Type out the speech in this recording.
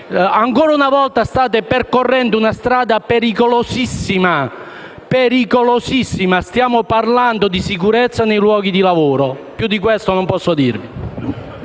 Ancora una volta state percorrendo una strada pericolosissima. Stiamo parlando di sicurezza nei luoghi di lavoro. Più di questo non posso dire.